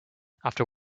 after